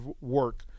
work